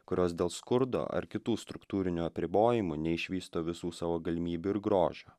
kurios dėl skurdo ar kitų struktūrinių apribojimų neišvysto visų savo galimybių ir grožio